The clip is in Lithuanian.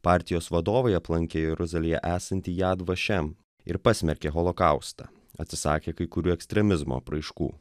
partijos vadovai aplankė jeruzalėje esantį jadvašem ir pasmerkė holokaustą atsisakė kai kurių ekstremizmo apraiškų